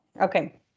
okay